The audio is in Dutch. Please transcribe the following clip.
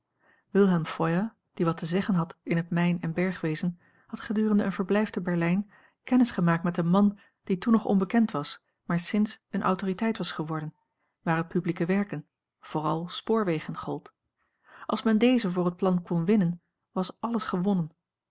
wilhelm feuer die wat te zeggen had in het mijn en bergwezen had gedurende een verblijf te berlijn kennis gemaakt met een man die toen nog onbekend was maar sinds eene autoriteit was geworden waar het publieke werken vooral spoorwegen gold als men dezen voor het plan kon winnen was alles gewonnen